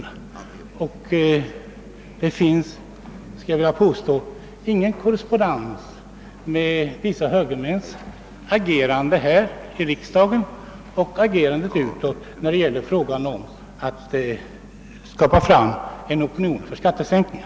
Jag skulle vilja påstå att det inte finns någon korrespondens mellan vissa högermäns agerande här i riksdagen och deras agerande utåt när det gäller att skapa en opinion för skattesänkningar.